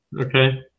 Okay